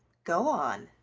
go on,